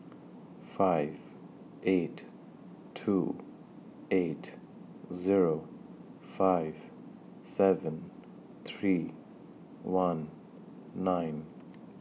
five eight two eight Zero five seven three one nine